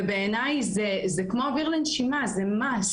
ובעיניי, זה כמו אוויר לנשימה, זה חובה.